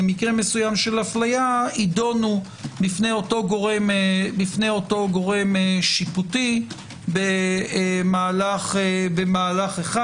למקרה מסוים של אפליה יידונו בפני אותו גורם שיפוטי במהלך אחד,